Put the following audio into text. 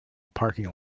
parking